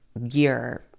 year